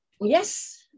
Yes